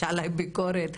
יש עליי ביקורת.